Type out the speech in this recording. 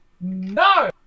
No